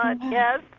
Yes